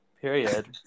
Period